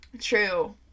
True